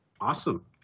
Awesome